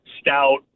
stout